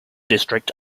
district